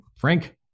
Frank